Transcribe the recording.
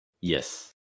Yes